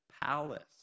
palace